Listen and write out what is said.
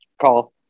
Call